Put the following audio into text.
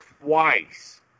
twice